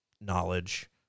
knowledge